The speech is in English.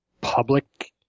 public